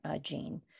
gene